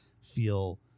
feel